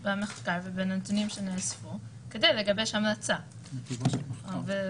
בו ובנתונים שנוספו כדי לגבי המלצה ולהוסיף.